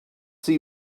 see